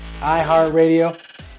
iHeartRadio